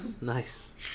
Nice